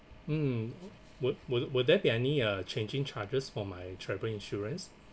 mm would would would there be any uh changing charges for my travel insurance